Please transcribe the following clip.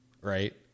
right